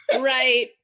Right